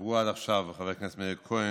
שדיברו עד עכשיו: חבר הכנסת מאיר כהן,